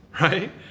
right